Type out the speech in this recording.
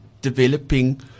developing